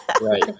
Right